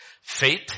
Faith